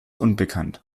unbekannt